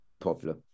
popular